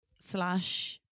slash